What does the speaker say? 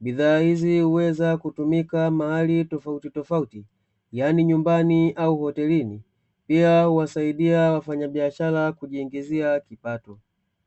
bidhaa hizi huweza kutumika mahali tofautitofauti yaani nyumbani au hotelini, pia huwasaidia wafanyabiashara kujiingizia kipato.